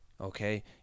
Okay